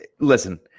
listen